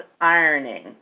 ironing